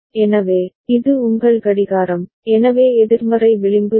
எனவே இது உங்கள் கடிகாரம் எனவே எதிர்மறை விளிம்பு சரி